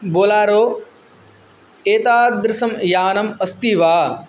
Bolero एतादृशं यानम् अस्ति वा